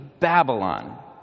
Babylon